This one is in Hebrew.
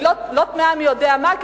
אני לא תמהה מי יודע מה,